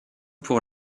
pour